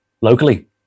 locally